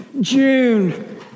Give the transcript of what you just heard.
June